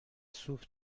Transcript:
سوپ